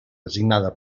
designada